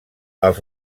els